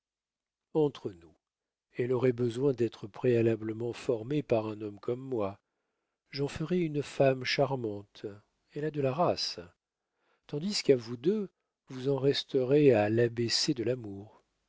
entre nous elle aurait besoin d'être préalablement formée par un homme comme moi j'en ferais une femme charmante elle a de la race tandis qu'à vous deux vous en resterez à l'a b c de l'amour